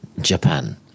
Japan